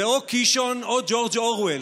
זה או קישון או ג'ורג' אורוול,